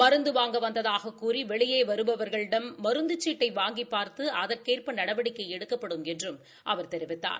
மருந்து வாங்க வந்ததாகக்கூறி வெளியே வருபவர்களிடம் மருந்து சீட்டை வாங்கிப் பார்த்து அதற்கேற்ப நடவடிக்கை எடுக்கப்படும் என்றும் அவர் தெரிவித்தார்